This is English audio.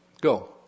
go